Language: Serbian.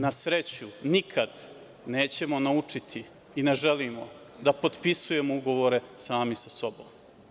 Na sreću, nikada nećemo naučiti i ne želimo da potpisujemo ugovore sami sa sobom.